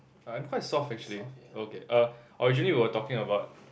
I'm quite soft actually okay err originally we were talking about